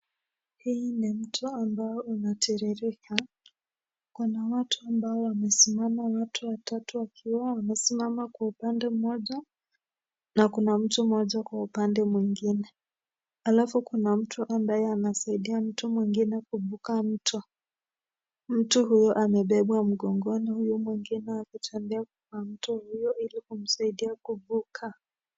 Hii ni mto ambao unaterereka. Kuna watu ambao wamesimama, watu watatu wakiwa wamesimama kwa upande mmoja na kuna mtu mmoja kwa upande mwingine. Alafu kuna mtu ambaye anasaidia mtu mwingine kuvuka mto. Mtu huyo amebebwa mgongoni, huyu mwingine anatembea kwa mto huyo ili kumsaidia kuvuka.